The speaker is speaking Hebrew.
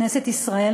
בכנסת ישראל,